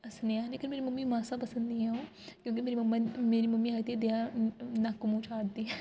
लेकिन मेरी मम्मी मासा पसंद निं ऐ ओह् क्योंकि मेरी मम्मा मम्मी आखदी दिहां न'क्क मूंह चाढ़दी